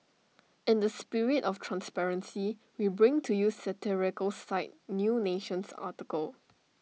in the spirit of transparency we bring to you satirical site new nation's article